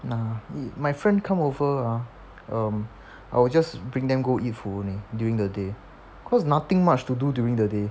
nah my friend come over ah um I will just bring them go eat food only during the day cause nothing much to do during the day